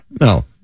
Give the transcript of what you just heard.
No